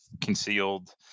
concealed